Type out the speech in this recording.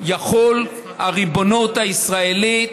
יחולו הריבונות הישראלית,